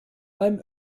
beim